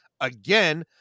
again –